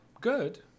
good